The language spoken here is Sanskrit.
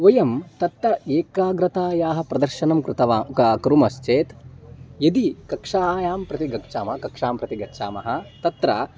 वयं तत्र एकाग्रतायाः प्रदर्शनं कृत्वा का कुर्मश्चेत् यदि कक्षां प्रति गच्छामः कक्षां प्रति गच्छामः तत्र